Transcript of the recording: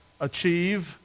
achieve